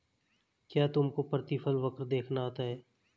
क्या तुमको प्रतिफल वक्र देखना आता है?